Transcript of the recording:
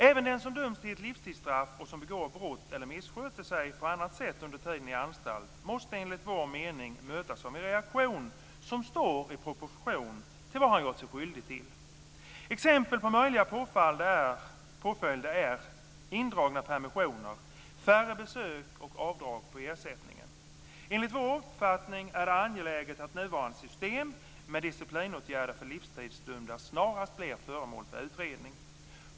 Även den som är dömd till livstidsstraff och som begår brott eller missköter sig på annat sätt under tiden i anstalt måste enligt vår mening mötas av en reaktion som står i proportion till vad han gjort sig skyldig till. Exempel på möjliga påföljder är indragna permissioner, färre besök och avdrag på ersättningen. Enligt vår uppfattning är det angeläget att nuvarande system med disciplinåtgärder för livstidsdömda snarast blir föremål för utredning.